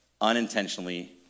unintentionally